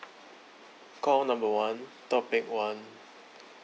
call number one topic one